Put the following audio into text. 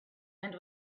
and